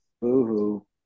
boo-hoo